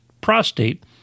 prostate